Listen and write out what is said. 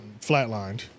flatlined